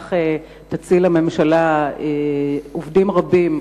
וכך תציל הממשלה עובדים רבים,